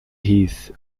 heath